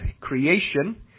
creation